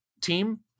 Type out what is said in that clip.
team